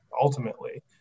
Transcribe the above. ultimately